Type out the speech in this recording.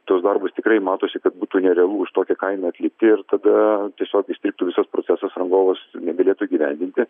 tuos darbus tikrai matosi kad būtų nerealu už tokią kainą atlikti ir tada tiesiog ištirptų visas procesas rangovas negalėtų įgyvendinti